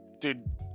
dude